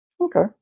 Okay